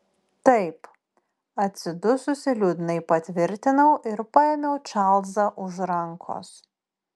taip atsidususi liūdnai patvirtinau ir paėmiau čarlzą už rankos